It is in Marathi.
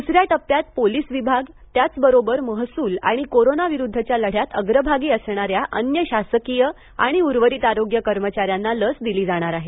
द्सऱ्या टप्प्यात पोलीस विभाग त्याचबरोबर महसूल आणि कोरोनाविरुद्धच्या लढ्यात अग्रभागी असणाऱ्या अन्य शासकीय आणि उर्वरित आरोग्य कर्मचाऱ्यांना लस दिली जाणार आहे